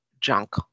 junk